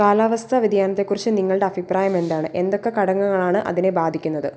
കാലാവസ്ഥാ വ്യതിയാനത്തെക്കുറിച്ച് നിങ്ങളുടെ അഭിപ്രായമെന്താണ് എന്തൊക്കെ ഘടകങ്ങളാണ് അതിനെ ബാധിക്കുന്നത്